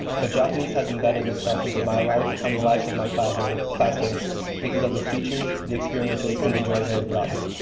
but japanese has embedded itself into my life, and the lives of my classmates classmates because of the teachers, the experiences and joy they have brought me.